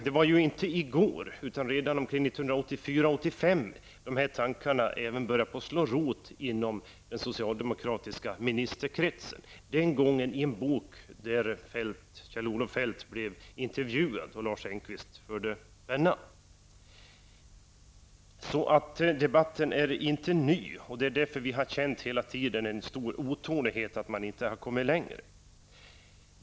Det var inte i går, utan redan 1984--1985 som de här tankarna även började att slå rot inom den socialdemokratiska ministerkretsen. Den gången skedde det i en bok där Kjell-Olof Feldt blev intervjuad och Lars Engqvist förde pennan. Debatten är inte ny, och därför har vi hela tiden känt en stor otålighet med att man inte har kommit längre.